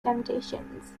temptations